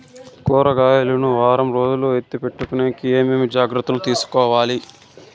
కూరగాయలు ను వారం రోజులు ఎత్తిపెట్టుకునేకి ఏమేమి జాగ్రత్తలు తీసుకొవాలి?